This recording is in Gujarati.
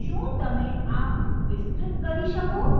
શું તમે આ વિસ્તૃત કરી શકો